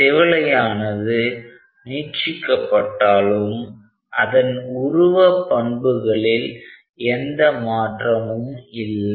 திவலையானது நீட்சிக்கப்பட்டாலும் அதன் உருவ பண்புகளில் எந்த மாற்றமும் இல்லை